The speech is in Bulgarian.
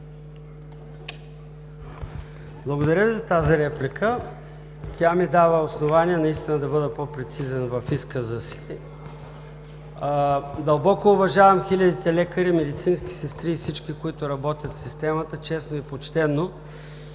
Благодаря Ви за тази реплика. Тя ми дава основание наистина да бъда по-прецизен в изказа си. Дълбоко уважавам хилядите лекари, медицински сестри и всички, които работят в системата честно и почтено,